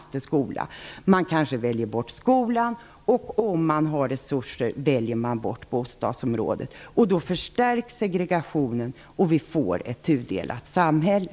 De väljer kanske bort skolan, och om de har resurser kanske de också väljer bort bostadsområdet. Därmed förstärks segregationen, och vi får ett tudelat samhälle.